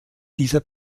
dieser